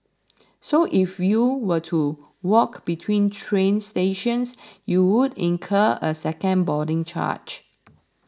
so if you were to walk between train stations you would incur a second boarding charge